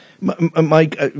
Mike